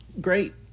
Great